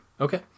Okay